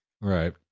right